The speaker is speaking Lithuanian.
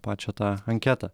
pačią tą anketą